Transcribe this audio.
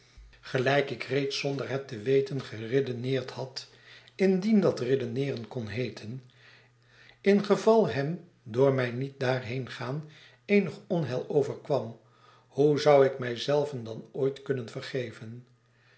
gelijk ik reeds zonder het te weten geredeneerd had indien dat redeneeren kon heeten ingeval hem door mijn niet daarheen gaan eenig onheil overkwam hoe zou ik mij zeiven dat ooit kunnen vergeven